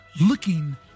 looking